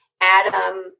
Adam